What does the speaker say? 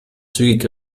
zügig